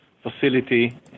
facility